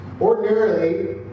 ordinarily